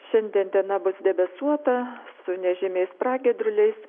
šiandien diena bus debesuota su nežymiais pragiedruliais